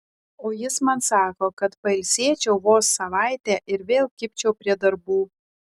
o jis man sako kad pailsėčiau vos savaitę ir vėl kibčiau prie darbų